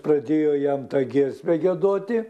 pradėjau jam tą giesmę giedoti